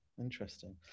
Interesting